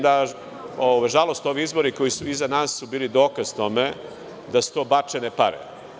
Nažalost, ovi izbori koji su iza nas su bili dokaz tome da su to bačene pare.